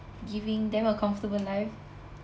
giving them a comfortable life